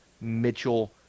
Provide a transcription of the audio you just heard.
Mitchell